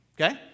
Okay